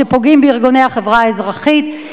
כשפוגעים בארגוני החברה האזרחית.